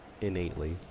innately